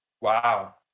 wow